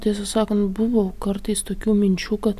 tiesą sakant buvo kartais tokių minčių kad